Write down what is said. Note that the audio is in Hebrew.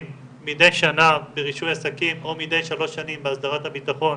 מדי שנה ברישוי עסקים או מדי שלוש שנים בהסדרת הבטחון